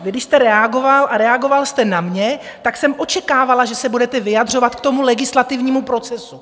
Když jste reagoval, a reagoval jste na mě, tak jsem očekávala, že se budete vyjadřovat k legislativnímu procesu.